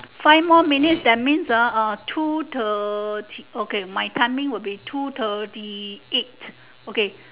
five more minutes that means ah uh two thirty okay my timing will be two thirty eight okay